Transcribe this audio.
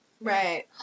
Right